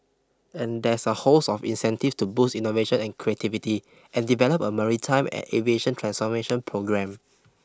and there's a host of incentives to boost innovation and creativity and develop a maritime and aviation transformation programme